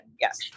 yes